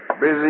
busy